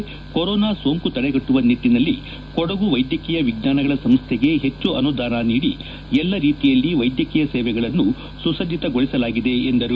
ಕೊಡಗಿನಲ್ಲಿ ಕೋರೋನಾ ಸೋಂಕು ತಡೆಗಟ್ಟುವ ನಿಟ್ಟಿನಲ್ಲಿ ಕೊಡಗು ವೈದ್ಯಕೀಯ ವಿಜ್ಞಾನಗಳ ಸಂಸ್ಥೆಗೆ ಹೆಚ್ಚು ಅನುದಾನ ನೀಡಿ ಎಲ್ಲಾ ರೀತಿಯಲ್ಲಿ ವೈದ್ಯಕೀಯ ಸೇವೆಗಳನ್ನು ಸುಸಜ್ಜಿತಗೊಳಿಸಲಾಗಿದೆ ಎಂದರು